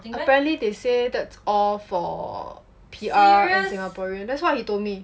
apparently they say that's all for P_R and singaporean that's what he told me